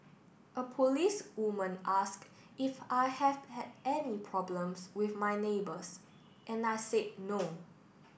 a policewoman asked if I have had any problems with my neighbours and I said no